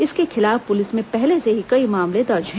इसके खिलाफ पुलिस में पहले से ही कई मामले दर्ज हैं